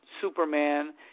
Superman